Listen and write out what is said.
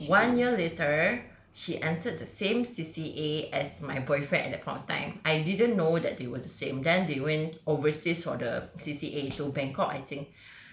one year later she entered the same C_C_A as my boyfriend at that point of time I didn't know that they were the same then they went overseas for the C_C_A to bangkok I think